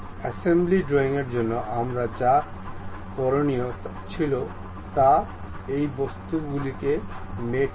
assembly ড্রইংয়ের জন্য আমরা যা করণীয় আছে তা হল এই বস্তু গুলিকে মেট করা